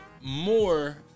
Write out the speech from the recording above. More